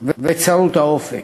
וצרות האופק.